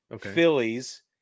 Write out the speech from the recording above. Phillies